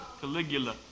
Caligula